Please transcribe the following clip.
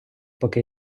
поки